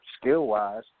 skill-wise